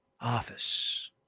office